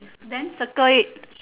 then circle it